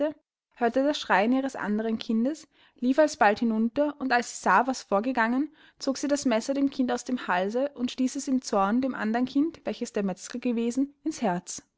hörte das schreien ihres anderen kindes lief alsbald hinunter und als sie sah was vorgegangen zog sie das messer dem kind aus dem hals und stieß es im zorn dem andern kind welches der metzger gewesen ins herz